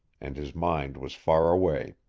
and his mind was far away.